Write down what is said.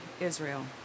Israel